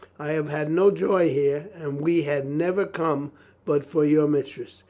i have had no joy here, and we had never come but for you, mistress.